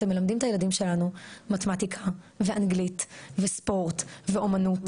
אתם מלמדים את הילדים שלנו מתמטיקה ואנגלית וספורט ואומנות.